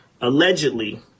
allegedly